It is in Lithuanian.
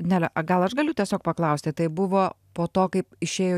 nele a gal aš galiu tiesiog paklausti tai buvo po to kaip išėjo